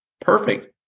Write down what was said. perfect